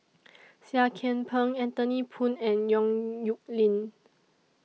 Seah Kian Peng Anthony Poon and Yong Nyuk Lin